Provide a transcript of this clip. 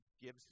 gives